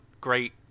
great